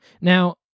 Now